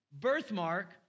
birthmark